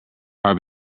our